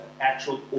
actual